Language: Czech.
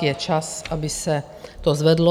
Je čas, aby se to zvedlo.